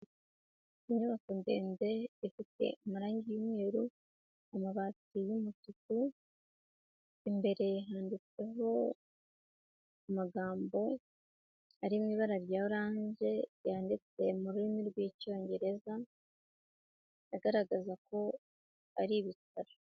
Inyubako ndende ifite amarangi y'umweru, amabati y'umutuku. Imbere handitsweho amagambo ari mu ibara rya oranje yanditse mu rurimi rw'icyongereza agaragaza ko ari ibitaro.